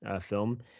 film